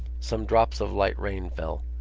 some drops of light rain fell.